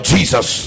Jesus